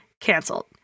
canceled